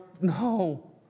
No